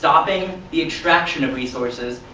stopping the extraction of resources,